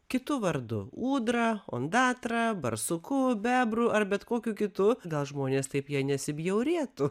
kitu vardu ūdra ondatra barsuku bebru ar bet kokiu kitu gal žmonės taip ja nesibjaurėtų